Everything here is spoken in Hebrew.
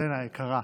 ירדנה היקרה,